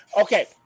Okay